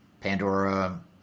Pandora